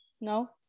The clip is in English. No